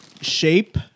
shape